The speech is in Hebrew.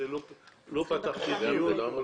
לא פתחתי דיון.